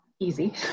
easy